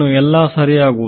ಇನ್ನು ಎಲ್ಲಾ ಸರಿಯಾಗುವುದು